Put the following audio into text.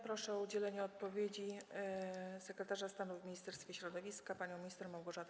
Proszę o udzielenie odpowiedzi sekretarza stanu w Ministerstwie Środowiska panią minister Małgorzatę